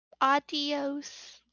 Adios